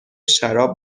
شراب